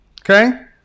Okay